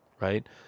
right